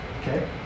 Okay